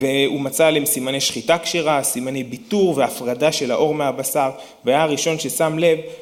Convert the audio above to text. ‫והוא מצא עליהם סימני שחיטה כשרה, ‫סימני ביטור והפרדה של העור מהבשר, ‫והיה הראשון ששם לב...